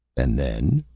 and then?